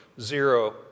zero